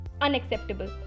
unacceptable